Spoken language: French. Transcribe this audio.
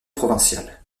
provinciale